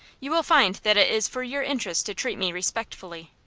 you will find that it is for your interest to treat me respectfully.